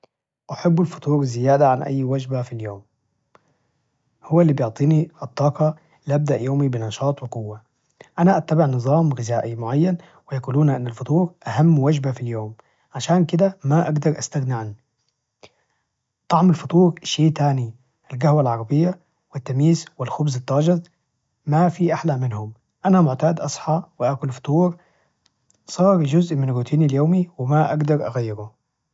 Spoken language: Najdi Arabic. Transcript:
أحب الفطور زيادة عن أي وجبة في اليوم، هو إللي بيعطيني الطاقة لأبدأ يومي بنشاط وقوة، أنا أتبع نظام غذائي معين ويقولون أن الفطور أهم وجبة في اليوم عشان كده ما أقدر أستغنى عنه، طعم الفطور شي تاني الجهوة العربية والتميس والخبز التازج ما في أحلى منهم، أنا معتاد أصحى وآكل الفطور صار جزء من روتيني اليومي وما أجدر أغيره.